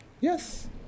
Yes